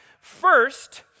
First